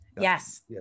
Yes